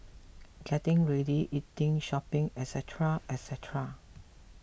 getting ready eating shopping etcetera etcetera